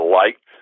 liked